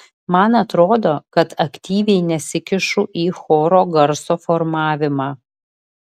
man atrodo kad aktyviai nesikišu į choro garso formavimą